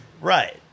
Right